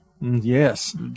Yes